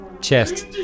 chest